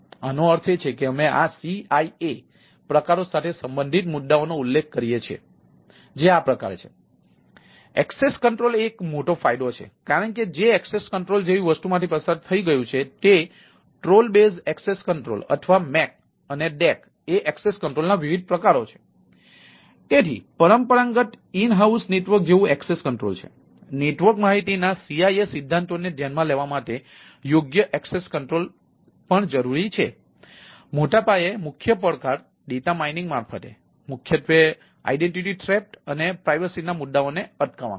આનો અર્થ એ છે કે અમે આ CIA પ્રકારો સાથે સંબંધિત મુદ્દાઓનો ઉલ્લેખ કરીએ છીએ જે છે એક્સેસ કન્ટ્રોલ ના મુદ્દાઓને અટકાવવાનો છે